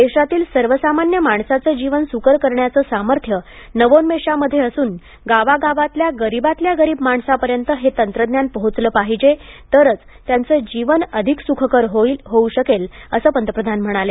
देशातील सर्वसामान्य माणसाचं जीवन सुकर करण्याचं सामर्थ्य नवोन्मेषांमध्ये असून गावागावातल्या गरीबातल्या गरीब माणसापर्यंत हे तंत्रज्ञान पोचलं पाहिजे तरच त्यांचं जीवन अधिक सुखकर होऊ शकेल असं पंतप्रधान म्हणाले